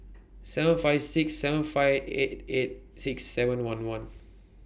seven five six seven five eight eight six seven one one